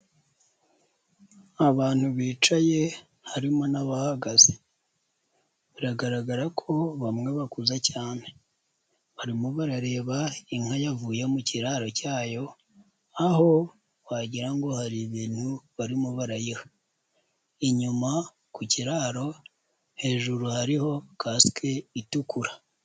Abantu bicaye harimo n'abahagaze, biragaragara ko bamwe bakuza cyane barimo barareba inka yavuye mu kiraro cyayo aho wagira ngo hari ibintu barimo barayiha, inyuma ku kiraro hejuru hariho kasike itukura.